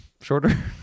shorter